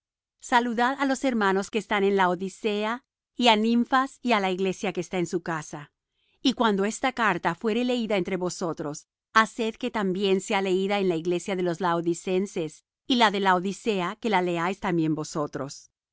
saludad á los hermanos que están en laodicea y á nimfas y á la iglesia que está en su casa y cuando esta carta fuere leída entre vosotros haced que también sea leída en la iglesia de los laodicenses y la de laodicea que la leáis también vosotros